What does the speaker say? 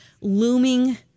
looming